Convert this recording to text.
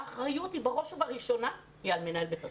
האחריות היא בראש ובראשונה על מנהל בית הספר.